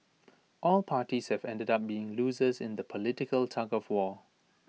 all parties have ended up being losers in the political tug of war